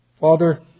Father